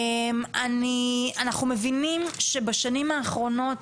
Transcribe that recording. אנחנו מבינים שבשנים האחרונות